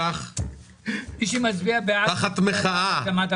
הישיבה ננעלה